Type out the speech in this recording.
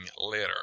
later